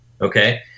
Okay